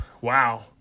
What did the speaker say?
Wow